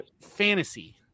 fantasy